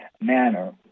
manner